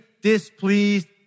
displeased